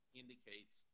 indicates